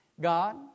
God